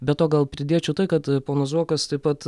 be to gal pridėčiau tai kad ponas zuokas taip pat